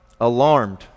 alarmed